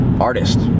artist